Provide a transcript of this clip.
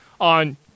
on